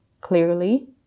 Clearly